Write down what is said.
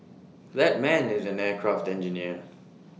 that man is an aircraft engineer